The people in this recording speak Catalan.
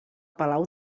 palau